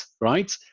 right